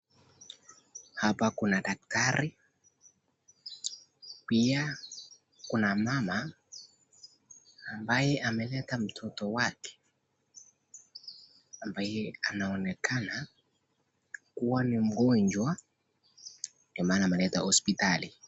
Hapa kuna Daktari pia kuna mama ambaye ameleta mtoto wake ambaye anaonekana kuwa ni mgonjwa ndo maana ameleta hospitali.